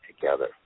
together